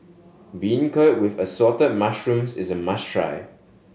beancurd with Assorted Mushrooms is a must try